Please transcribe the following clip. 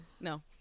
No